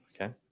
Okay